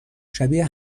شبیه